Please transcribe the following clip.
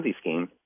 scheme